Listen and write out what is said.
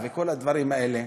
מסכה, וכל הדברים האלה,